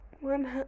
One